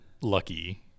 Lucky